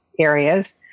areas